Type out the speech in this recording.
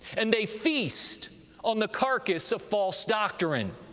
and they feast on the carcass of false doctrine.